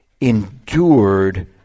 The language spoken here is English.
endured